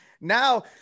Now